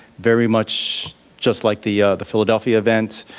very much just like the the philadelphia event.